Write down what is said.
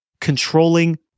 controlling